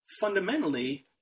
fundamentally